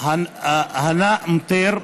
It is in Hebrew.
הנאא מטיר,